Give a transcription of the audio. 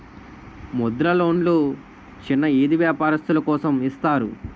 ముద్ర లోన్లు చిన్న ఈది వ్యాపారస్తులు కోసం ఇస్తారు